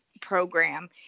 program